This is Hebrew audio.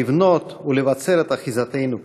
לבנות ולבצר את אחיזתנו כאן.